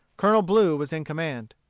colonel blue was in command.